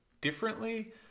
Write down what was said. differently